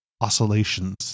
oscillations